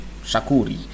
Shakuri